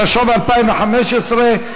התשע"ו 2015,